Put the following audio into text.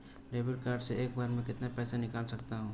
Debit card से एक बार में कितना पैसा निकाला जा सकता है?